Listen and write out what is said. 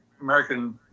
American